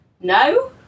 no